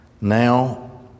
Now